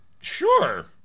Sure